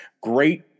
Great